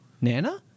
nana